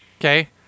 Okay